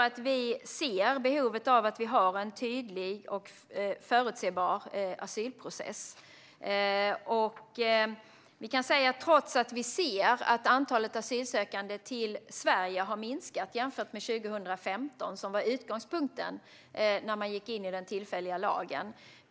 Vi ser behovet av att vi har en tydlig och förutsebar asylprocess. Antalet asylsökande till Sverige har minskat jämfört med 2015, som var utgångspunkten när man gick in i den tillfälliga lagen.